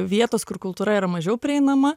vietos kur kultūra yra mažiau prieinama